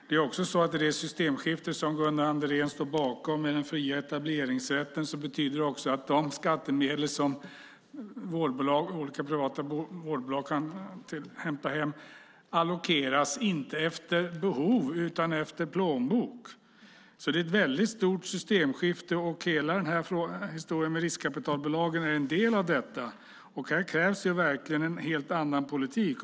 Det är också så att i det systemskifte som Gunnar Andrén står bakom med den fria etableringsrätten kan de skattemedel som olika privata vårdbolag hämtar hem inte allokeras efter behov, utan de allokeras efter plånbok. Det är alltså ett väldigt stort systemskifte, och hela historien med riskkapitalbolagen är en del av detta. Här krävs verkligen en helt annan politik.